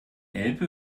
elbe